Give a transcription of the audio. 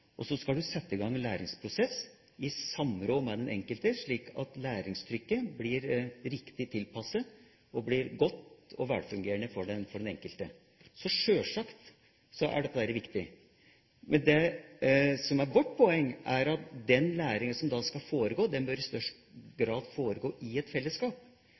og så skal man sette i gang en læringsprosess i samråd med den enkelte, slik at læringstrykket blir riktig tilpasset og blir godt og velfungerende for den enkelte. Sjølsagt er dette viktig. Men det som er vårt poeng, er at den læringa som da skal foregå, bør i størst mulig grad foregå i et fellesskap.